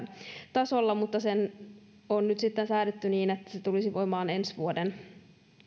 tasolla mutta se on nyt sitten säädetty niin että se tulisi voimaan ensi vuoden